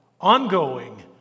ongoing